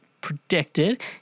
predicted